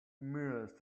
meals